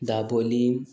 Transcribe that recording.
Dabolim